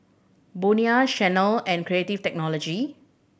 Bonia Chanel and Creative Technology